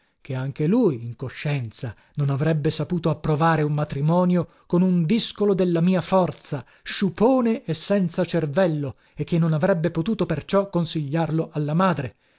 che anche lui in coscienza non avrebbe saputo approvare un matrimonio con un discolo della mia forza sciupone e senza cervello e che non avrebbe potuto perciò consigliarlo alla madre